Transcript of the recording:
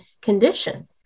condition